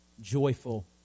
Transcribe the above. joyful